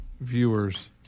viewers